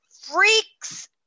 freaks